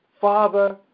Father